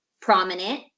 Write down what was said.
Prominent